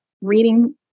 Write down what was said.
reading